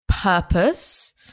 purpose